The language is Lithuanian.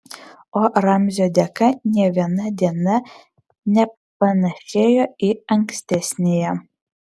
o ramzio dėka nė viena diena nepanašėjo į ankstesniąją